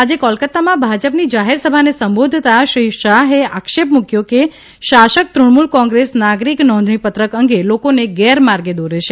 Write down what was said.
આજે કોલકાતામાં ભાજપની જાહેરસભાને સંબોધતાં શ્રી શાહે આક્ષેપ મૂકવ્યો કે શાસક તૃણમૂલ કોંગ્રેસ નાગરિક નોંધણીપત્રક અંંગે લોકોને ગેરમાર્ગે દોરે છે